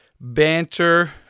banter –